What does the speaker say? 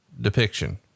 depiction